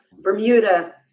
Bermuda